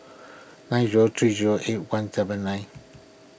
nine zero three zero eight one seven nine